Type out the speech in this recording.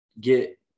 get